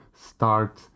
start